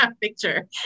picture